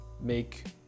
make